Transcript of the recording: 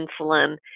insulin